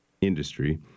industry